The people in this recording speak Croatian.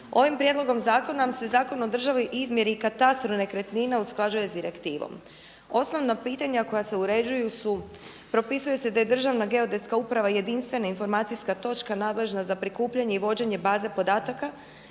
Ovim prijedlogom zakona se Zakon o državnoj izmjeri i katastru nekretnina usklađuje sa direktivom. Osnovna pitanja koja se uređuju su: propisuje se da je Državna geodetska uprava jedinstvena informacijska točka nadležna za prikupljanje i vođenje baze podataka,